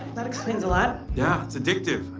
that explains a lot. yeah. it's addictive.